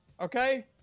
Okay